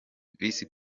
visi